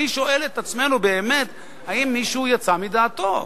אני שואל את עצמנו, באמת, האם מישהו יצא מדעתו?